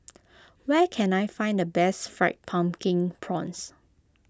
where can I find the best Fried Pumpkin Prawns